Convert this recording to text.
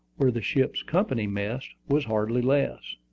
where the ship's company messed, was hardly less.